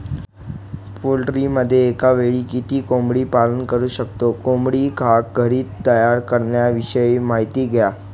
पोल्ट्रीमध्ये एकावेळी किती कोंबडी पालन करु शकतो? कोंबडी खाद्य घरी तयार करण्याविषयी माहिती द्या